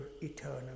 eternal